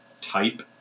type